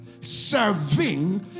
serving